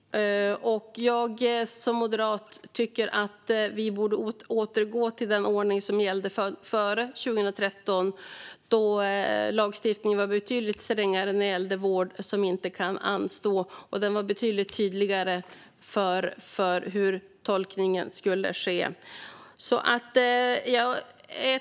Jag som moderat tycker att vi borde återgå till den ordning som gällde före 2013, då lagstiftningen var betydligt strängare när det gällde vård som inte kan anstå. Det var betydligt tydligare hur det skulle tolkas.